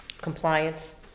compliance